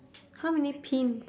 how many pin~